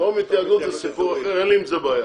פטור מתיאגוד זה סיפור אחר, אין לי עם זה בעיה.